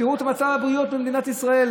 תראו את מצב הבריאות במדינת ישראל: